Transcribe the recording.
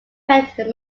pet